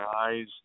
eyes